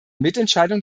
mitentscheidung